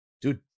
dude